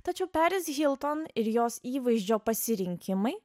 tačiau peris hilton ir jos įvaizdžio pasirinkimai